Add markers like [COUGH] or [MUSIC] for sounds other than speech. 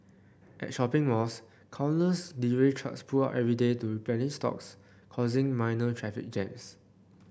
at shopping malls countless delivery trucks pull up every day to [UNINTELLIGIBLE] stocks causing minor traffic jams